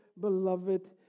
beloved